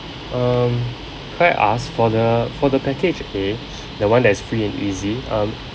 um could I ask for the for the package A the one that is free and easy um